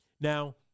Now